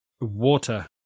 water